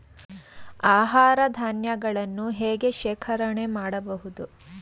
ಆಹಾರ ಧಾನ್ಯಗಳನ್ನು ಹೇಗೆ ಶೇಖರಣೆ ಮಾಡಬಹುದು?